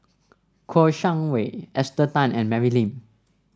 Kouo Shang Wei Esther Tan and Mary Lim